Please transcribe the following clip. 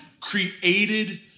created